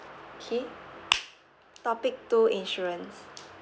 okay topic two insurance